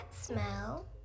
smell